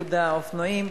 לאיגוד האופנועים.